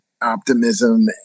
optimism